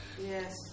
Yes